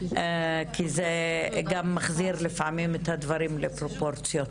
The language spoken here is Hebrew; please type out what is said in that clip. כי זה גם מחזיר את הדברים לפרופורציות,